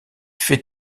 fait